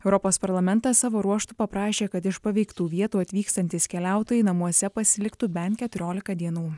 europos parlamentas savo ruožtu paprašė kad iš paveiktų vietų atvykstantys keliautojai namuose pasiliktų bent keturiolika dienų